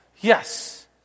Yes